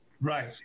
Right